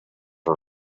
her